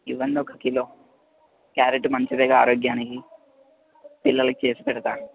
ఇవ్వండి ఒక kilo carrot మంచిదేగా ఆరోగ్యానికి పిల్లలికి చేసిపెడతా